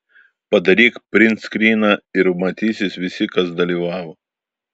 padaryk printskryną ir matysis visi kas dalyvavo